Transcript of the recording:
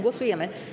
Głosujemy.